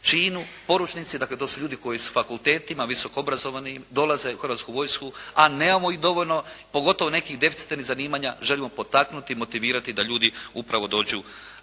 činu, poručnici, dakle to su ljudi koji s fakultetima, visokoobrazovani, dolaze u Hrvatsku vojsku, a nemamo ih dovoljno, pogotovo nekih deficitarnih zanimanja. Želimo potaknuti i motivirati da ljudi upravo dođu